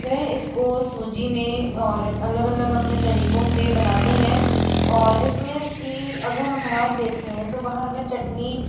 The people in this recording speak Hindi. वह इसको सूजी में और अलग अलग अपने तरीकों से बनाते हैं और जिसमें कि अगर हम बाहर देखें तो बाहर वे चटनी